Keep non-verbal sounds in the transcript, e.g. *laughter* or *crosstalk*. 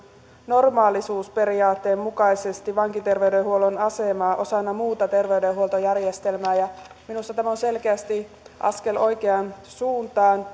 normaalisuusperiaatteen mukaisesti vankiterveydenhuollon asemaa osana muuta terveydenhuoltojärjestelmää ja minusta tämä on selkeästi askel oikeaan suuntaan *unintelligible*